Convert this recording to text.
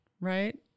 right